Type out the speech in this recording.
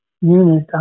unit